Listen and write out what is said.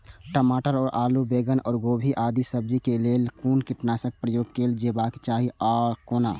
टमाटर और आलू और बैंगन और गोभी आदि सब्जी केय लेल कुन कीटनाशक प्रयोग कैल जेबाक चाहि आ कोना?